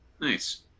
nice